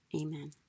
Amen